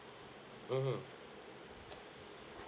mmhmm